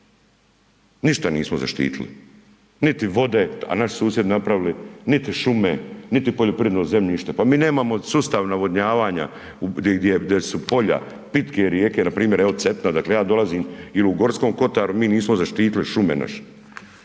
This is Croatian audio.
ništa nismo zaštitili, niti vode a naši susjedi napravili, niti šume, niti poljoprivredno zemljište. Pa mi nemamo sustav navodnjavanja gdje su polja, pitke rijeke, npr. evo Cetina odakle ja dolazim ili u Gorskom kotaru mi nismo zaštitili šume naše.